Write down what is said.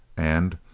and,